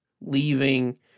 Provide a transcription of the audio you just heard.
leaving